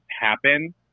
happen